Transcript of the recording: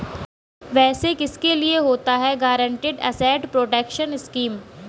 वैसे किसके लिए होता है गारंटीड एसेट प्रोटेक्शन स्कीम?